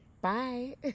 bye